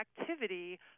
activity